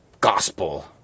gospel